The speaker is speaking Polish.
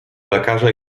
lekarza